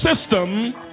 system